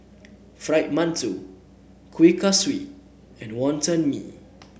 Fried Mantou Kuih Kasturi and Wonton Mee